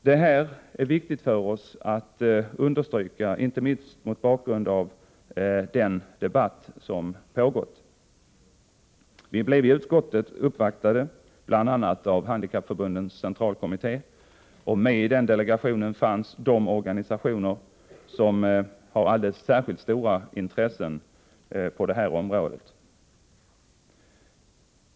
Detta är viktigt för oss att understryka, inte minst mot bakgrund av den debatt som pågått. Vi blevi utskottet uppvaktade av bl.a. Handikappförbundens centralkommitté. I delegationen ingick även representanter för de organisationer som har alldeles särskilt stora intressen på det här området.